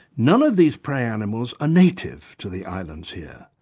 none of these prey animals are native to the islands here,